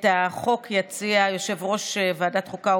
את הצעת החוק יציג יושב-ראש ועדת החוקה,